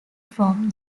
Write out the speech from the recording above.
from